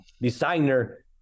designer